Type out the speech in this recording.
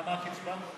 כמה הקצבה?